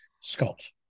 Scott